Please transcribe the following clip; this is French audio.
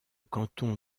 canton